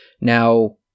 Now